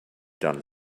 done